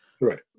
Right